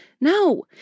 No